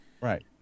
Right